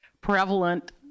prevalent